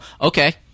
okay –